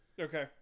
Okay